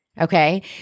Okay